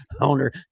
owner